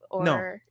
No